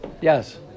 Yes